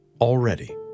Already